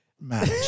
match